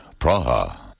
Praha